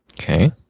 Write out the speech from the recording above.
Okay